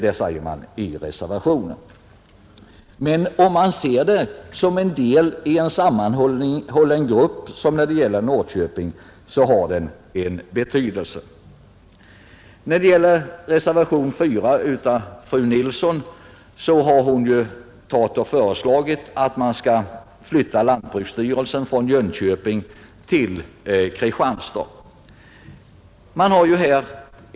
Men om man ser sjöfartsverket som en del i en sammanhållen grupp — som i Norrköping — så har det en betydelse. I reservationen 4 har fru Nilsson i Kristianstad föreslagit att man skall flytta lantbruksstyrelsen från Jönköping till Kristianstad.